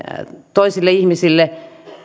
toisille ihmisille